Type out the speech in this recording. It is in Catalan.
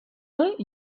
alt